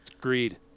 greed